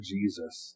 Jesus